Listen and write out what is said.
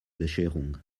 bescherung